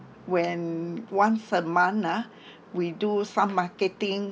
when once a month ah we do some marketing